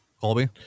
colby